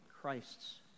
Christ's